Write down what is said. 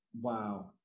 Wow